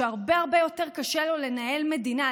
והרבה הרבה יותר קשה לו לנהל מדינה.